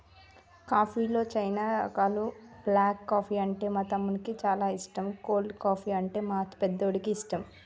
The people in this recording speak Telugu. కాఫీలో చానా రకాలున్న బ్లాక్ కాఫీ అంటే మా తమ్మునికి చానా ఇష్టం, కోల్డ్ కాఫీ, అంటే మా పెద్దోడికి ఇష్టం